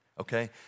okay